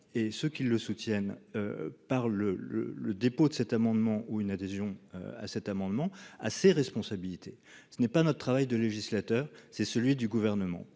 et ceux qui le soutiennent. Par le, le, le dépôt de cet amendement ou une adhésion à cet amendement à ses responsabilités, ce n'est pas notre travail de législateur, c'est celui du gouvernement